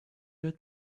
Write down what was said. your